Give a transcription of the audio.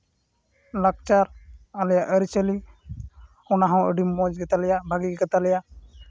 ᱞᱟᱠᱪᱟᱨ ᱟᱞᱮᱭᱟᱜ ᱟᱹᱨᱤᱪᱟᱹᱞᱤ ᱚᱱᱟᱦᱚᱸ ᱟᱹᱰᱤ ᱢᱚᱡᱽ ᱜᱮᱛᱟ ᱞᱮᱭᱟ ᱵᱷᱟᱹᱜᱤ ᱜᱮᱛᱟ ᱞᱮᱭᱟ